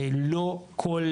לא כל